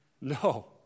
No